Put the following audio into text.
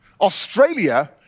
Australia